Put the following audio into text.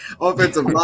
Offensive